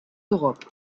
d’europe